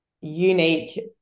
unique